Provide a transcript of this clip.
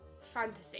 fantasy